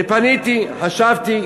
פניתי, חשבתי: